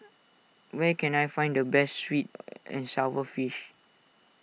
where can I find the best Sweet and Sour Fish